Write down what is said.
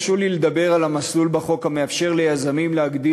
הרשו לי לדבר על המסלול בחוק המאפשר ליזמים להגדיל